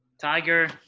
Tiger